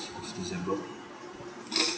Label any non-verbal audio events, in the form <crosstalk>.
december <breath>